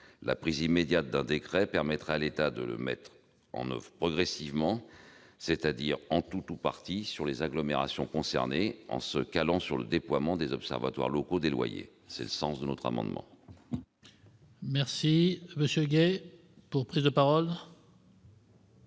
La prise immédiate d'un décret permettrait à l'État de le mettre en oeuvre progressivement, c'est-à-dire en tout ou partie pour les agglomérations concernées, en se calant sur le déploiement des observatoires locaux des loyers. C'est le sens des amendements que nous défendrons à